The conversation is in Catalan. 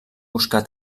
buscar